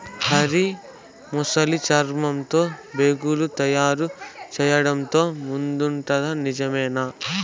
Hari, Vietnam ముసలి చర్మంతో బేగులు తయారు చేయడంతో ముందుందట నిజమేనా